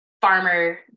farmer